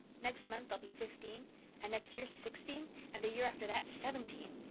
next month i'll be fifteen and next year sixteen and the year after that seventeen.